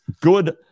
good